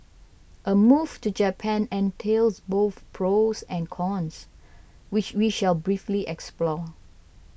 a move to Japan entails both pros and cons which we shall briefly explore